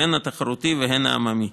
הן התחרותי והן העממי.